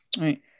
right